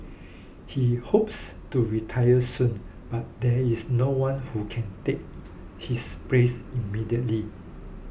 he hopes to retire soon but there is no one who can take his place immediately